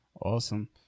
awesome